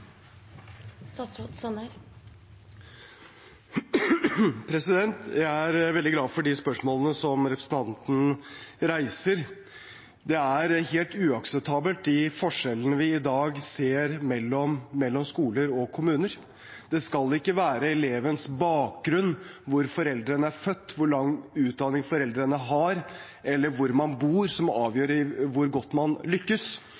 veldig glad for spørsmålene representanten reiser. Forskjellene vi i dag ser mellom skoler og kommuner, er helt uakseptabelt. Det skal ikke være elevens bakgrunn, hvor foreldrene er født, hvor lang utdanning foreldrene har, eller hvor man bor, som avgjør hvor godt man lykkes.